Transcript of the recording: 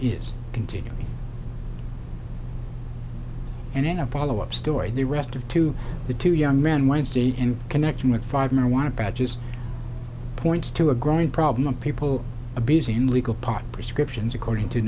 is continuing and in a follow up story the rest of two the two young men wednesday in connection with five marijuana patches points to a growing problem of people abusing legal pot prescriptions according to